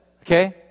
okay